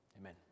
Amen